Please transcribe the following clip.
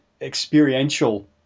experiential